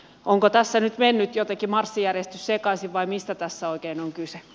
onko tässä nyt mennyt jotenkin marssijärjestys sekaisin vai mistä tässä oikein on kyse